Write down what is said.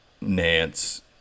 Nance